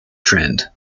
trend